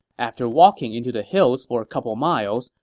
after walking into the hills for a couple miles,